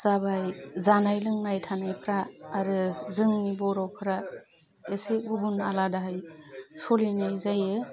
जाबाय जानाय लोंनाय थानायफ्रा आरो जोंनि बर'फोरा एसे गुबुन आलादाहै सोलिनाय जायो